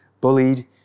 bullied